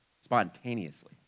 spontaneously